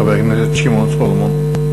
חבר הכנסת שמעון סולומון.